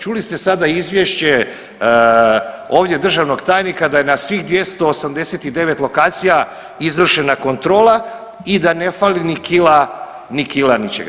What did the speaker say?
Čuli ste sada izvješće ovdje državnog tajnika da je na svih 289 lokacija izvršena kontrola i da ne fali ni kila, ni kila ničega.